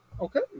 okay